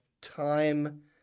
time